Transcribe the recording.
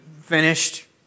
finished